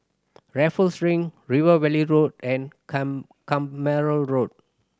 Raffles Link River Valley Road and Carpmael Road